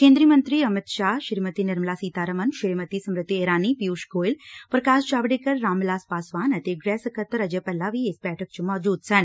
ਕੇਂਦਰੀ ਮੰਤਰੀ ਅਮਿਤ ਸ਼ਾਹ ਸ੍ਰੀਮਤੀ ਨਿਰਮਲਾ ਸੀਤਾਰਮਨ ਸ੍ਰੀਮਤੀ ਸਮ੍ਰਿਤੀ ਇਰਾਨੀ ਪਿਊਸ਼ ਗੋਇਲ ਪ੍ਕਾਸ਼ ਜਾਵੜੇਕਰ ਰਾਮ ਵਿਲਾਸ ਪਾਸਵਾਨ ਅਤੇ ਗ੍ਹਿ ਸਕੱਤਰ ਅਜੈ ਭੱਲਾ ਵੀ ਇਸ ਬੈਠਕ ਚ ਮੌਜੂਦ ਸਨ